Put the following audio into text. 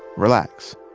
relax.